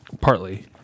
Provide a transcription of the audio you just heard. partly